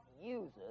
uses